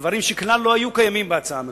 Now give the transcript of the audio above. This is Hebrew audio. דברים שכלל לא היו קיימים בהצעה המקורית,